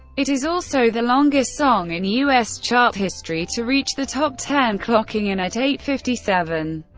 it is also the longest song in us chart history to reach the top ten, clocking in at eight fifty seven.